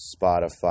Spotify